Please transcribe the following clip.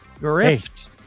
grift